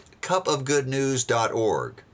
cupofgoodnews.org